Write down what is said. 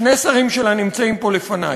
שני שרים שלה נמצאים פה לפני,